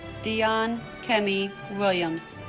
dione kemi williams